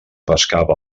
pescava